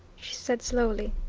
she said slowly.